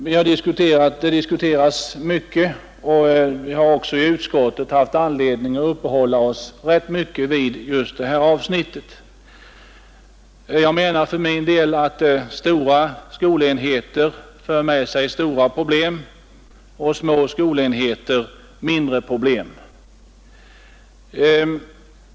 Detta förhållande diskuteras mycket, och vi har också i utskottet haft anledning att uppehålla oss rätt mycket vid detta. Jag menar för min del att stora skolenheter för med sig stora problem och små skolenheter mindre problem.